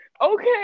Okay